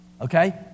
Okay